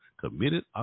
committed